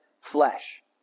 flesh